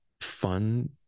fun